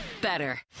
better